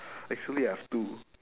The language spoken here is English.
actually I have two